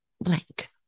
blank